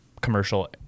commercial